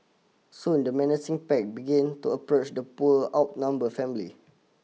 soon the menacing pack began to approach the poor outnumber family